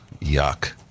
yuck